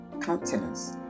countenance